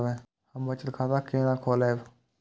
हम बचत खाता केना खोलैब?